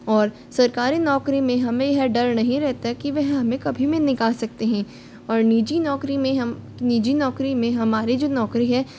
और सरकारी नौकरी में हमें यह डर नहीं रहता की वह हमें कभी भी निकाल सकते हैं और नीजी नौकरी में हम नीजी नौकरी में हमारी जो नौकरी है